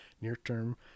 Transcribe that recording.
near-term